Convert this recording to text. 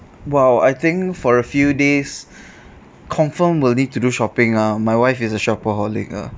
while I think for a few days confirmed will need to do shopping ah my wife is a shopaholic lah